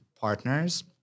partners